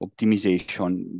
optimization